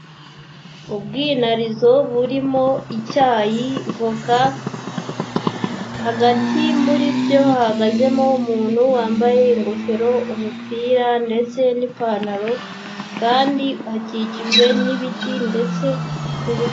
Ubwinarizo burimo icyayi, avoka, hagati muri byo, hahagazemo umuntu wambaye ingofero, umupira ndetse n'ipantaro kandi akikijwe n'ibiti ndetse n'ibip...